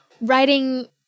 writing